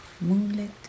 Moonlit